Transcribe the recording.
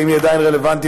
האם היא עדיין רלוונטית?